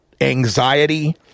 anxiety